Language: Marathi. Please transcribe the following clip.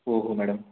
हो हो मॅडम